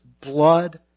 blood